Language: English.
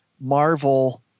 Marvel